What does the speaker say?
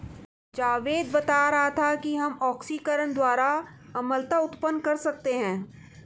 जावेद बता रहा था कि हम ऑक्सीकरण द्वारा अम्लता उत्पन्न कर सकते हैं